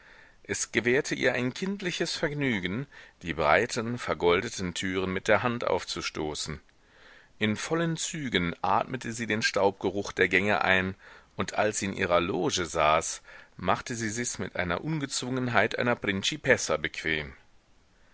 es gewährte ihr ein kindliches vergnügen die breiten vergoldeten türen mit der hand aufzustoßen in vollen zügen atmete sie den staubgeruch der gänge ein und als sie in ihrer loge saß machte sie sichs mit einer ungezwungenheit einer principessa bequem